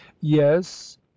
yes